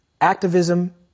Activism